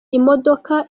imodoka